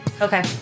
Okay